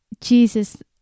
Jesus